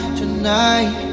tonight